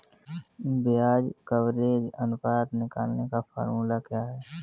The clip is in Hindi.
ब्याज कवरेज अनुपात निकालने का फॉर्मूला क्या है?